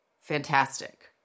fantastic